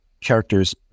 characters